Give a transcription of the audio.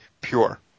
pure